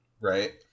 Right